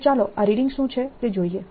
તો ચાલો આ રીડિંગ શું છે તે જોઈએ